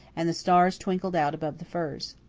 and the stars twinkled out above the firs.